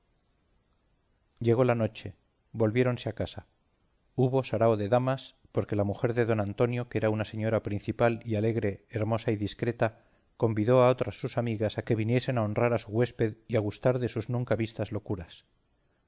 llegó la noche volviéronse a casa hubo sarao de damas porque la mujer de don antonio que era una señora principal y alegre hermosa y discreta convidó a otras sus amigas a que viniesen a honrar a su huésped y a gustar de sus nunca vistas locuras